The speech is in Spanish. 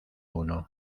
uno